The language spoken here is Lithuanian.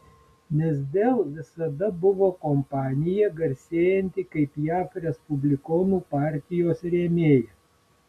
nes dell visada buvo kompanija garsėjanti kaip jav respublikonų partijos rėmėja